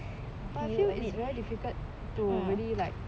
but I feel it's very difficult to really like